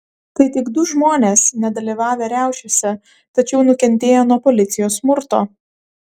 tai tik du žmonės nedalyvavę riaušėse tačiau nukentėję nuo policijos smurto